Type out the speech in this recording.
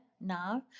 now